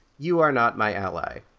you are not my ally.